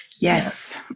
Yes